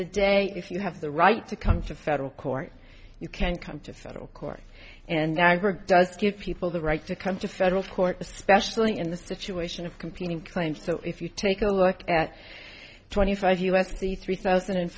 the day if you have the right to come to federal court you can come to federal court and i her does give people the right to come to federal court especially in the situation of completing claims so if you take a look at twenty five u s c three thousand and